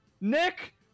Nick